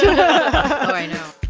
i know